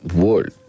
world